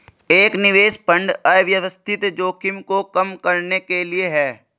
एक निवेश फंड अव्यवस्थित जोखिम को कम करने के लिए है